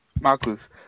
Marcus